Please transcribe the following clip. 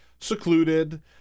secluded